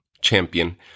champion